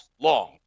long